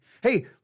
Hey